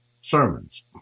sermons